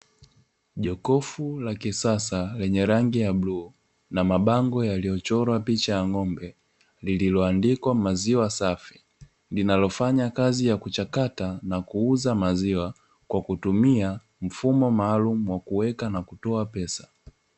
Jokofu la kisasa lenye rangi ya bluu na mabango yaliyochorwa picha ya ng'ombe, lililoandikwa maziwa safi, linalofanya kazi ya kuchakata na kuuza maziwa kwa kutumia mfumo maalumu wa kuweka na kutoa pesa.